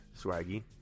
Swaggy